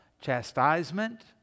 chastisement